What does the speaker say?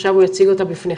עכשיו הוא יציג אותה בפניכם,